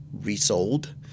resold